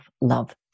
Love